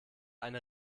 eine